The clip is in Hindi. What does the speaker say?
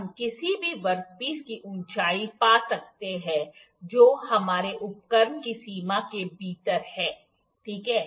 हम किसी भी वर्कपीस की ऊंचाई पा सकते हैं जो हमारे उपकरण की सीमा के भीतर है ठीक है